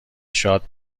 شاد